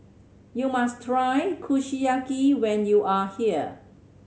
you must try Kushiyaki when you are here